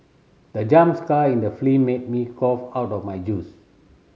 the jump scare in the film made me cough out of my juice